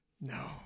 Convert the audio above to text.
No